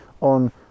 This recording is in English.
on